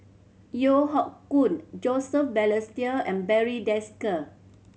Yeo Hoe Koon Joseph Balestier and Barry Desker